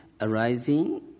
arising